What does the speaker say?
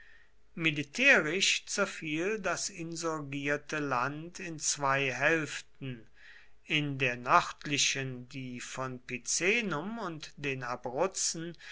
militärisch zerfiel das insurgierte land in zwei hälften in der nördlichen die von picenum und den abruzzen